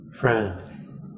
Friend